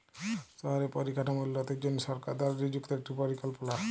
শহরে পরিকাঠাম উল্যতির জনহে সরকার দ্বারা লিযুক্ত একটি পরিকল্পলা